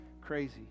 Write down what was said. crazy